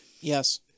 Yes